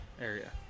area